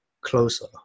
closer